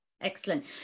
Excellent